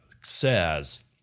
says